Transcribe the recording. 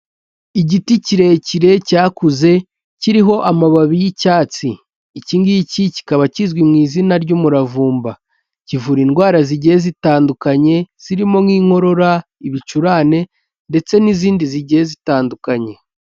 Igiti kirekire cyakuze kiriho amababi y'icyatsi, iki ngiki kikaba kizwi mu izina ry'umuravumba, kivura indwara zigiye zitandukanye zirimo nk'inkorora, ibicurane ndetse n'izindi zigiye zitandukanye.